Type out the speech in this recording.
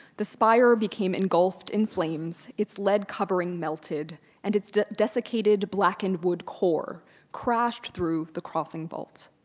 the spire became engulfed in flames, its lead covering melted and its desiccated blackened wood core crashed through the crossing vault.